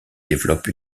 développe